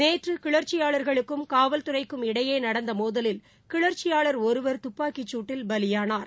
நேற்றுகிளர்ச்சியாளர்களுக்கும் காவல்துறைக்கும் இடையேநடந்தமோதலில் கிளர்ச்சியாளர் ஒருவர் துப்பாக்கிசூட்டில் பலியானார்